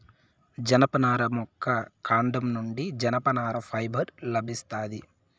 జనపనార మొక్క కాండం నుండి జనపనార ఫైబర్ లభిస్తాది